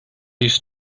used